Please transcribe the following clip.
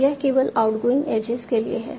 तो यह केवल आउटगोइंग एजेज के लिए है